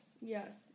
yes